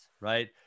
right